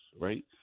right